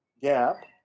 gap